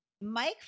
Mike